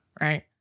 right